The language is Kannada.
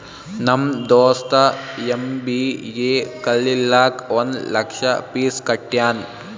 ನಮ್ ದೋಸ್ತ ಎಮ್.ಬಿ.ಎ ಕಲಿಲಾಕ್ ಒಂದ್ ಲಕ್ಷ ಫೀಸ್ ಕಟ್ಯಾನ್